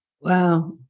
Wow